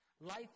Life